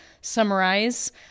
summarize